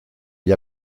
gli